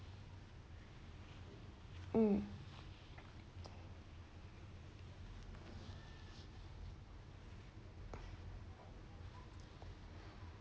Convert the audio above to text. mm